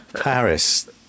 Paris